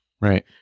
Right